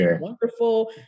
wonderful